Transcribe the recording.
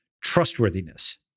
trustworthiness